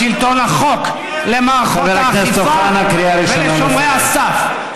לשלטון החוק למערכות האכיפה ולשומרי הסף.